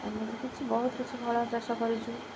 ଏମିତି କିଛି ବହୁତ କିଛି ଫଳ ଚାଷ କରିଛୁ